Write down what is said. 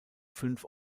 fünf